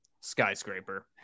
Skyscraper